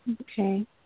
okay